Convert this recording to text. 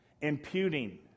Imputing